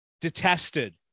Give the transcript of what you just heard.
detested